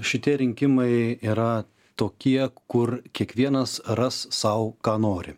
šitie rinkimai yra tokie kur kiekvienas ras sau ką nori